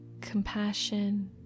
compassion